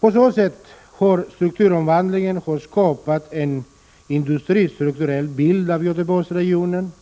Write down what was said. På så sätt har strukturomvandlingen skapat en industristrukturell bild av Göteborgsregionen